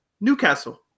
Newcastle